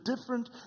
different